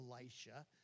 Elisha